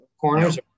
corners